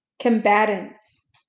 combatants